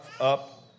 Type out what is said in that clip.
up